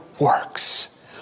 works